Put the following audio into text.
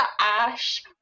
Ash